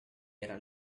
era